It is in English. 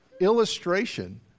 illustration